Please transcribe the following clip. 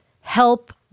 help